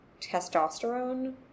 testosterone